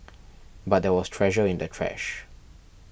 but there was treasure in the trash